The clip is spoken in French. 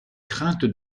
craintes